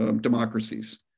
democracies